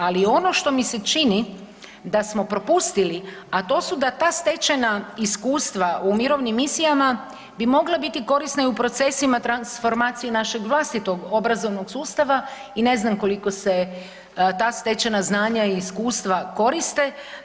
Ali ono što mi se čini da smo propustili, a to su da ta stečena iskustva u mirovnim misijama bi mogla biti korisna i u procesima transformacije našeg vlastitog obrazovnog sustava i ne znam koliko se ta stečena znanja i iskustva koriste.